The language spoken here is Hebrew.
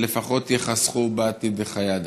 ולפחות ייחסכו בעתיד חיי אדם.